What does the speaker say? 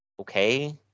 okay